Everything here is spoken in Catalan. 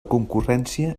concurrència